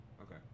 Okay